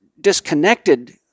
disconnected